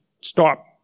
stop